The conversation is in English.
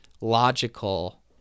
logical